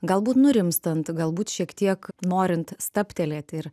galbūt nurimstant galbūt šiek tiek norint stabtelėti ir